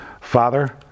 Father